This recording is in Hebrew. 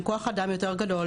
עם כוח אדם יותר גדול,